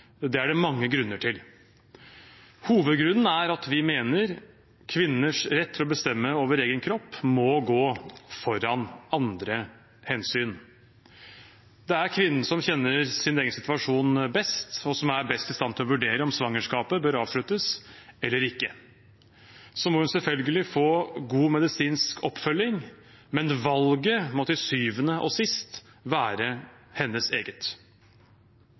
Det er det mange grunner til. Hovedgrunnen er at vi mener kvinners rett til å bestemme over egen kropp må gå foran andre hensyn. Det er kvinnen som kjenner sin egen situasjon best, og som er best i stand til å vurdere om svangerskapet bør avsluttes eller ikke. Så må hun selvfølgelig få god medisinsk oppfølging, men valget må til syvende og sist være hennes eget.